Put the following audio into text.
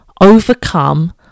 overcome